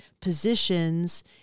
positions